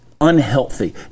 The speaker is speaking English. Unhealthy